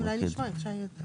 אולי נשמע את שי.